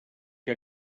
que